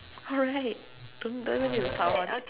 oh right don't tell